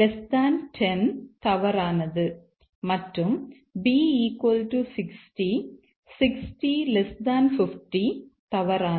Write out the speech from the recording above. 10 தவறானது மற்றும் b 60 60 50 தவறானது